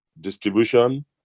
distribution